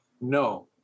No